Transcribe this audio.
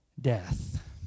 Death